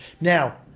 Now